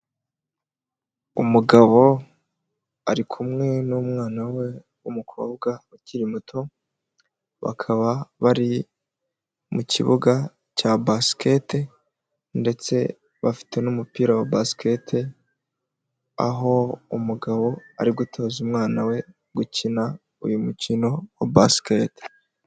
Umugabo ari kumwe n'umwana we w'umukobwa ukiri muto, bakaba bari mu kibuga cya basiketi ndetse bafite n'umupira wa basikete, aho umugabo ari gutoza umwana we gukina uyu mukino wa basikete.